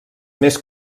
més